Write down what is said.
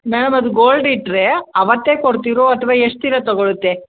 madam ಅದು gold ಇಟ್ಟರೆ ಆವತ್ತೇ ಕೊಡ್ತಿರೋ ಅಥ್ವಾ ಎಷ್ಟು ದಿನ ತೊಗೊಳುತ್ತೆ